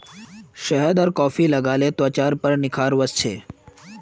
शहद आर कॉफी लगाले त्वचार पर निखार वस छे